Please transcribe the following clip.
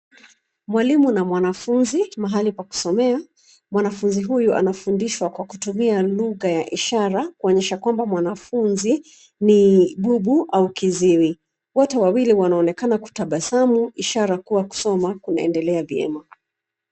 Mwalimu na mwanafunzi mahali pa kusomea. Mwanafunzi huyu anafundishwa kutumia lugha ya ishara kuonyesha kwamba mwanafunzi ni bubu au kiziwi. Wote wawili wanaonekana kutabasamu ishara kuwa kusoma kunaendelea vyema.